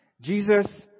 Jesus